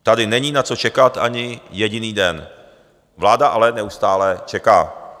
Tady není na co čekat ani jediný den, vláda ale neustále čeká.